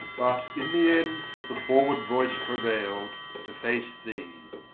but in the end the forward voice prevailed, to face thee.